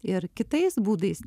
ir kitais būdais